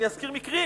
אני אזכיר מקרים